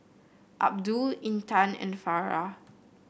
Abdul Intan and Farah